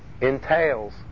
entails